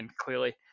clearly